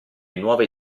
nuove